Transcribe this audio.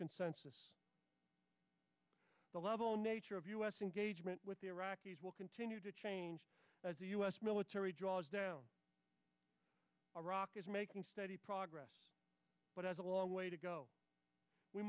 consensus the level nature of u s engagement with iran will continue to change as the u s military draws down iraq is making steady progress but as a long way to go we